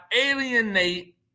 alienate